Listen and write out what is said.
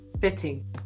fitting